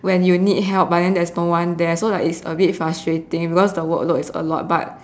when you need help but then there's no one there so like it's like a bit frustrating because the workload is a lot but